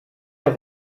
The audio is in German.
auch